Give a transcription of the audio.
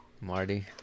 Marty